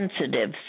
sensitive